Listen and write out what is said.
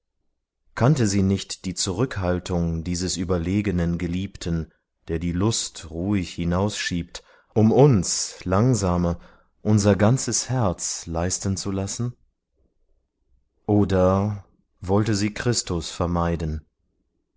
kannte sie nicht die zurückhaltung dieses überlegenen geliebten der die lust ruhig hinausschiebt um uns langsame unser ganzes herz leisten zu lassen oder wollte sie christus vermeiden